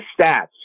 stats